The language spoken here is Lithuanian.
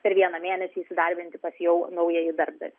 per vieną mėnesį įsidarbinti pas jau naująjį darbdavį